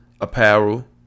apparel